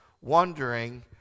wondering